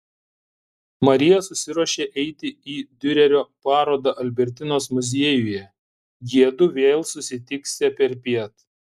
marija susiruošė eiti į diurerio parodą albertinos muziejuje jiedu vėl susitiksią perpiet